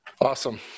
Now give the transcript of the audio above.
Awesome